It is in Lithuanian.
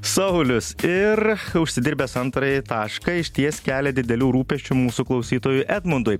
saulius ir užsidirbęs antrąjį tašką išties kelia didelių rūpesčių mūsų klausytojui edmundui